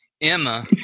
Emma